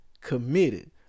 Committed